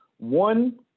One